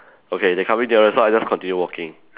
okay they coming nearer so I just continue walking